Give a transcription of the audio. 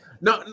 No